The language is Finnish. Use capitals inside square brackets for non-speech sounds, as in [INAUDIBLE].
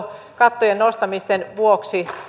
[UNINTELLIGIBLE] kattojen nostamisten vuoksi